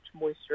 moisture